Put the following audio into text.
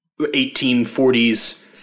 1840s